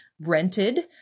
rented